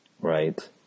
Right